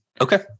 Okay